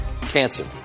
Cancer